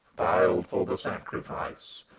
piled for the sacrifice!